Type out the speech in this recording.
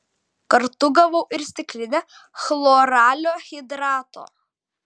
kartu gavau ir stiklinę chloralio hidrato